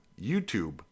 YouTube